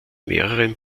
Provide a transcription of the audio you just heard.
mehreren